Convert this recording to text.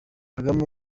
kagame